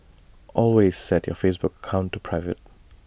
always set your Facebook account to private